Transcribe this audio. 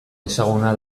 ezaguna